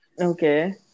Okay